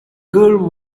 girl